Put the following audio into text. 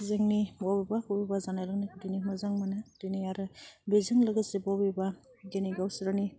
जोंनि बबेबा बबेबा जानाय लोंनायखौ दिनै मोजां मोनो दिनै आरो बेजों लोगोसे बबेबा दिनै गावसोरनि